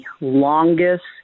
longest